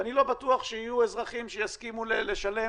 ואני לא בטוח שיהיו אזרחים שיסכימו לשלם